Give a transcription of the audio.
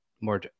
more